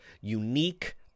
unique